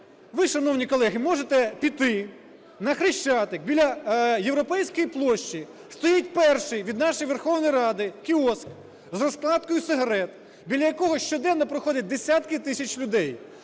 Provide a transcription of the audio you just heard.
ви, шановні колеги, можете піти на Хрещатик, біля Європейської площі стоїть перший від нашої Верховної Ради кіоск з розкладкою сигарет, біля якого щоденно проходять десятки тисяч людей,